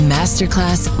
Masterclass